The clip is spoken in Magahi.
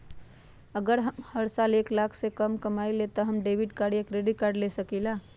अगर हम हर साल एक लाख से कम कमावईले त का हम डेबिट कार्ड या क्रेडिट कार्ड ले सकीला?